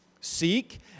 Seek